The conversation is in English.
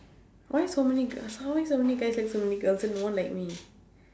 why so many gu~ how's there so many guys like so many girls and no one like me